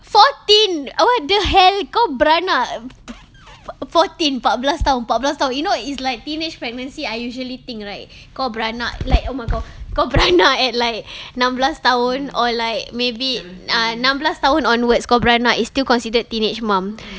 fourteen o~ what the hell kau beranak f~ fourteen empat belas tahun empat belas tahun you know it's like teenage pregnancy I usually think right kau beranak like oh my god kau beranak at like enam belas tahun or like maybe uh enam belas tahun onwards kau beranak is still considered teenage mum